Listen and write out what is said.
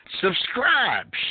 Subscribe